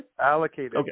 allocated